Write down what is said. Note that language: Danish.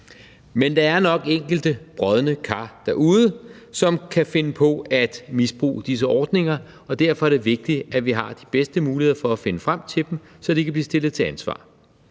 Men der er nok enkelte brodne kar derude, som kan finde på at misbruge disse ordninger, og derfor er det vigtig, at vi har de bedste muligheder for at finde frem til dem, så de kan blevet stillet til ansvar.